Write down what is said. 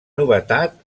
novetat